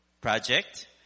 project